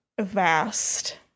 vast